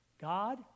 God